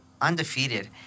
undefeated